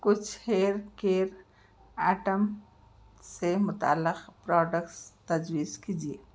کچھ hair care item سے متعلق پراڈکٹس تجویز کیجئے